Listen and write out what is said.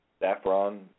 Saffron